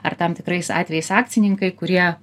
ar tam tikrais atvejais akcininkai kurie